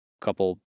couple